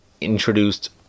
introduced